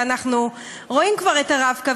ואנחנו רואים כבר את ה"רב-קו",